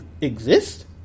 exist